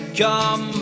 come